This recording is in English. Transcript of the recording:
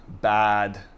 bad